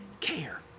care